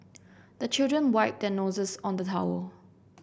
the children wipe their noses on the towel